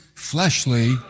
fleshly